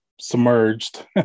submerged